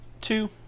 two